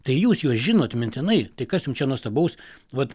tai jūs juos žinot mintinai tai kas jum čia nuostabaus vat